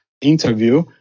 interview